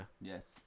Yes